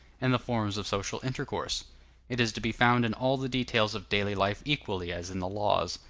and the forms of social intercourse it is to be found in all the details of daily life equally as in the laws.